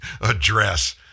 address